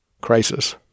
crisis